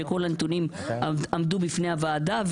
שכל הנתונים עמדו בפני הוועדה,